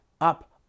up